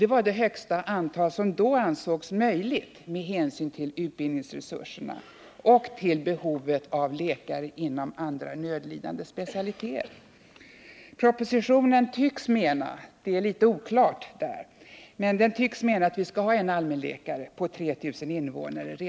Det var det högsta antal som då ansågs möjligt med hänsyn till utbildningsresurserna och till behovet av läkare inom andra ”nödlidande” specialistområden. Det tycks framgå av propositionen — det är litet oklart — att vi redan 1985 skall ha en allmänläkare på 3 000 invånare.